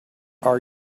are